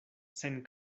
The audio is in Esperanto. sen